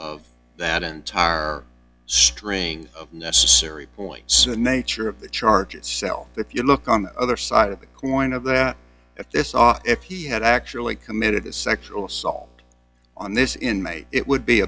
of that entire string of necessary points and nature of the charge itself if you look on the other side of the coin of that if they saw if he had actually committed a sexual assault on this inmate it would be